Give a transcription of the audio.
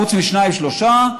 חוץ משניים -שלושה,